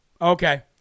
Okay